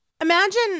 imagine